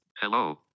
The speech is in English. Hello